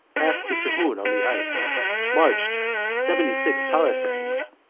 passed the sihoon on the ice, marched seventy-six parasangs,